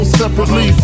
separately